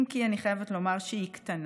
אם כי אני חייבת לומר שהיא קטנה,